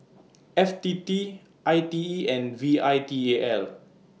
F T T I T E and V I T A L